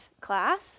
class